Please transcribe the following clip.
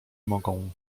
mogą